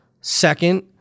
Second